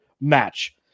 match